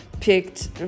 picked